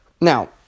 Now